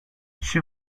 she